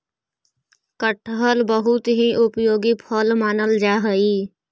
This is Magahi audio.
कटहल बहुत ही उपयोगी फल मानल जा हई